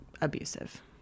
abusive